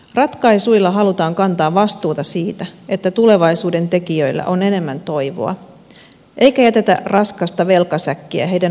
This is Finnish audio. ratkaisuilla halutaan kantaa vastuuta siitä että tulevaisuuden tekijöillä on enemmän toivoa eikä jätetä raskasta velkasäkkiä heidän harteilleen